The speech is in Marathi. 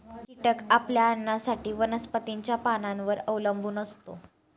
कीटक आपल्या अन्नासाठी वनस्पतींच्या पानांवर अवलंबून असतो